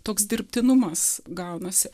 toks dirbtinumas gaunasi